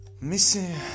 Missing